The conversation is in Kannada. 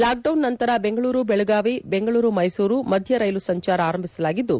ಲಾಕ್ಡೌನ್ ನಂತರ ಬೆಂಗಳೂರು ಬೆಳಗಾವಿ ಬೆಂಗಳೂರು ಮೈಸೂರು ಮಧ್ಯ ರೈಲು ಸಂಚಾರ ಆರಂಭಿಸಲಾಗಿದ್ದು